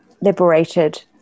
liberated